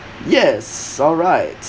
yes alright